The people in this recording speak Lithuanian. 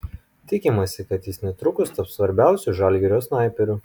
tikimasi kad jis netrukus taps svarbiausiu žalgirio snaiperiu